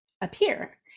appear